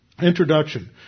Introduction